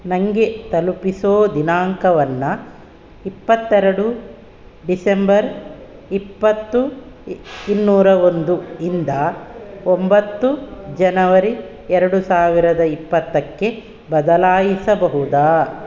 ನನಗೆ ತಲುಪಿಸೋ ದಿನಾಂಕವನ್ನು ಇಪ್ಪತ್ತೆರಡು ಡಿಸೆಂಬರ್ ಇಪ್ಪತ್ತು ಇನ್ನೂರ ಒಂದು ಇಂದ ಒಂಬತ್ತು ಜನವರಿ ಎರಡು ಸಾವಿರದ ಇಪ್ಪತ್ತಕ್ಕೆ ಬದಲಾಯಿಸಬಹುದಾ